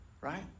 right